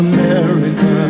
America